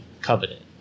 covenant